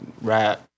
rap